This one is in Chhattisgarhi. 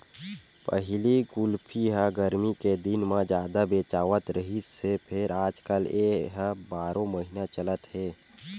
पहिली कुल्फी ह गरमी के दिन म जादा बेचावत रिहिस हे फेर आजकाल ए ह बारो महिना चलत हे